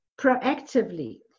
proactively